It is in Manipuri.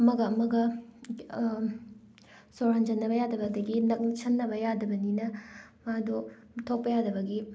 ꯑꯃꯒ ꯑꯃꯒ ꯁꯣꯔ ꯍꯣꯟꯖꯟꯅꯕ ꯌꯥꯗꯕꯗꯒꯤ ꯅꯛꯁꯟꯅꯕ ꯌꯥꯗꯕꯅꯤꯅ ꯃꯥꯗꯣ ꯊꯣꯛꯄ ꯌꯥꯗꯕꯒꯤ